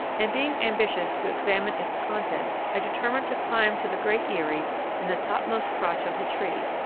and being ambitious to examine its contents, i determined to climb to the great eyrie in the topmost crotch of the tree,